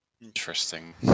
Interesting